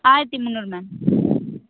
ஆயிரத்து முந்நூறு மேம்